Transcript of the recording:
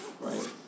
right